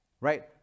right